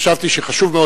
חשבתי שחשוב מאוד,